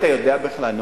אתה יודע בכלל?